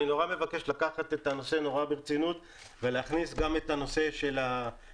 אני מבקש לקחת את הנושא נורא ברצינות ולהכניס גם את נושא ההדרכות,